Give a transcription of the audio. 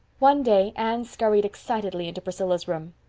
one day anne scurried excitedly into priscilla's room.